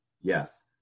yes